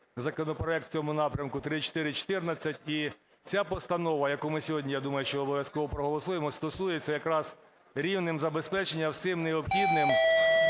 законопроект в цьому напрямку - 3414. І ця постанова, яку ми сьогодні, я думаю, що обов'язково проголосуємо, стосується якраз рівня забезпечення всім необхідним